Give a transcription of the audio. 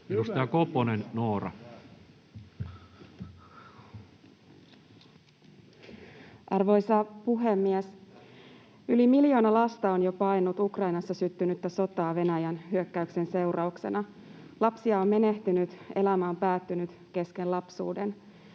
Time: 14:28 Content: Arvoisa puhemies! Yli miljoona lasta on jo paennut Ukrainassa syttynyttä sotaa Venäjän hyökkäyksen seurauksena. Lapsia on menehtynyt, elämä on päättynyt kesken lapsuuden.